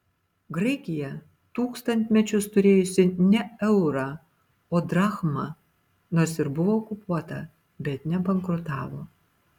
graikija tūkstantmečius turėjusi ne eurą o drachmą nors ir buvo okupuota bet nebankrutavo